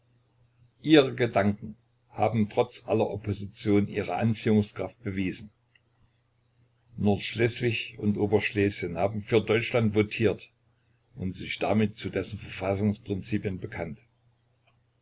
ihre gedanken haben trotz aller opposition ihre anziehungskraft bewiesen nordschleswig und oberschlesien haben für deutschland votiert und sich damit zu dessen verfassungsprinzipien bekannt